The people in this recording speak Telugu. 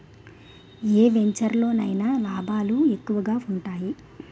ఏ వెంచెరులో అయినా లాభాలే ఎక్కువగా ఉంటాయి